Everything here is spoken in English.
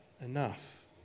enough